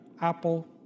apple